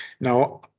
Now